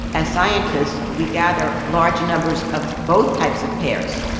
as scientists, we gather large numbers of both types of pairs,